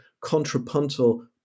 contrapuntal